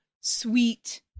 sweet